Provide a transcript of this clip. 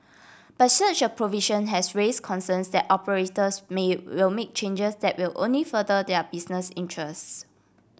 but such a provision has raise concerns that operators may will make changes that will only further their business interests